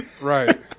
Right